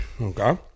Okay